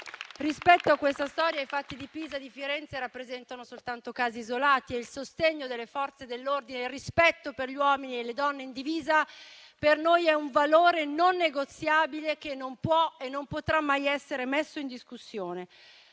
Rispetto a questa storia, i fatti di Pisa e di Firenze rappresentano soltanto casi isolati e il sostegno delle Forze dell'ordine, il rispetto per gli uomini e le donne in divisa, per noi è un valore non negoziabile, che non può e non potrà mai essere messo in discussione.